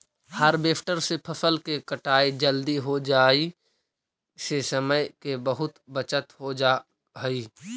harvester से फसल के कटाई जल्दी हो जाई से समय के बहुत बचत हो जाऽ हई